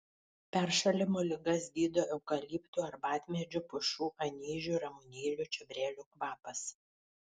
peršalimo ligas gydo eukaliptų arbatmedžių pušų anyžių ramunėlių čiobrelių kvapas